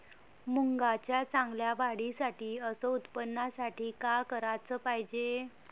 मुंगाच्या चांगल्या वाढीसाठी अस उत्पन्नासाठी का कराच पायजे?